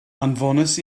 anfonais